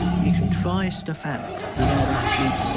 you can try stuff out without actually